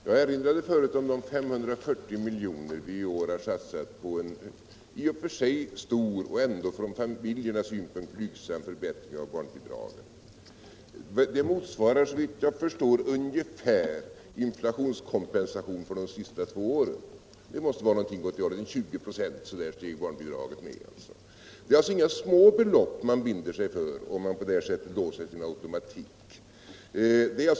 Jag erinrade förut om de 540 miljoner som vi i år har satsat på en i och för sig stor men från familjernas synpunkt sett ändå blygsam förbättring av barnbidraget — den motsvarar såvitt jag förstår ungefär inflationskompensationen för de senaste två åren. Barnbidraget steg med bortåt 20 926. Det är alltså inga små belopp man binder sig för, om man på det här sättet låser bidraget till en automatisk stegring.